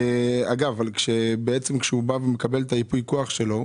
אגב, כשהוא מקבל את ייפוי הכוח שלו,